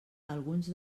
alguns